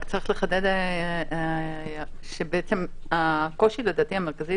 רק צריך לחדד שבעצם הקושי המרכזי,